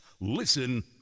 Listen